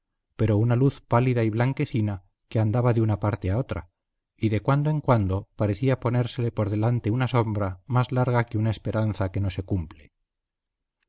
pero una luz pálida y blanquecina que andaba de una parte a otra y de cuando en cuando parecía ponérsele por delante una sombra más larga que una esperanza que no se cumple